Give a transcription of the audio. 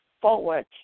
forward